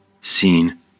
seen